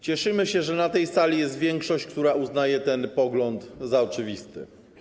Cieszymy się, że na tej sali jest większość, która uznaje ten pogląd za oczywisty.